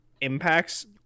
impacts